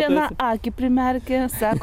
vieną akį primerkę sako